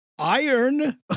Iron